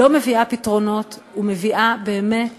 לא מביאה פתרונות, ומביאה באמת